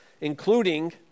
including